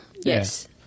yes